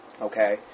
Okay